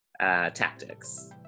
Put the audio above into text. tactics